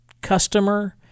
customer